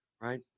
Right